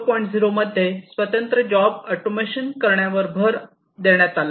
0 मध्ये स्वतंत्र job automation करण्यावर भर देण्यात आला